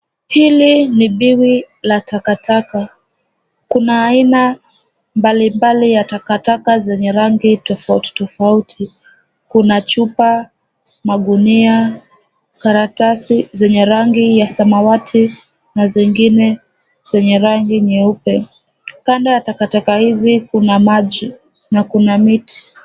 Hili ni biwi la takataka kuna aina mbali mbali ya takataka zenye rangi tofauti tofauti kuna chupa magunia karatasi zenye rangi ya samawati na zingine zenye rangi nyeupe kando ya taka taka hizi kuna maji na kuna miti.